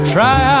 Try